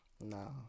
no